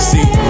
See